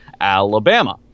Alabama